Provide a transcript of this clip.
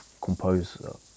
compose